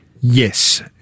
Yes